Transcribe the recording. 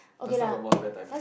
last time got more spare time